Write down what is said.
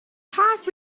half